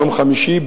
יום חמישי,